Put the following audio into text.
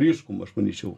ryškų aš manyčiau